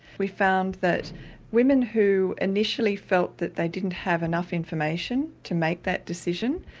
we found that women who initially felt that they didn't have enough information to make that decision,